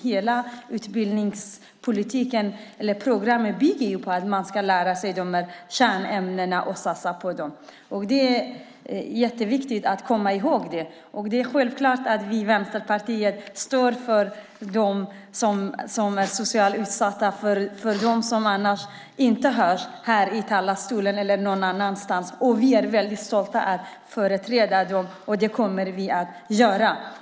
Hela utbildningsprogrammet bygger ju på att man lär sig kärnämnena och satsar på dem. Det är viktigt att komma ihåg detta. Självklart står vi i Vänsterpartiet för dem som är socialt utsatta och som annars inte kommer till tals, varken här i talarstolen eller någon annanstans. Vi är väldigt stolta över att företräda dem, och det kommer vi fortsätta att göra.